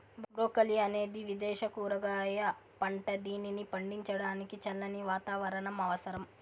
broccoli అనేది విదేశ కూరగాయ పంట, దీనిని పండించడానికి చల్లని వాతావరణం అవసరం